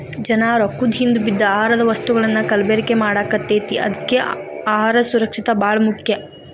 ಜನಾ ರೊಕ್ಕದ ಹಿಂದ ಬಿದ್ದ ಆಹಾರದ ವಸ್ತುಗಳನ್ನಾ ಕಲಬೆರಕೆ ಮಾಡಾಕತೈತಿ ಅದ್ಕೆ ಅಹಾರ ಸುರಕ್ಷಿತ ಬಾಳ ಮುಖ್ಯ